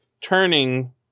turning